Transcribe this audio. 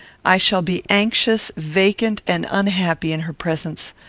i shall be anxious, vacant, and unhappy in her presence.